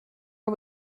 are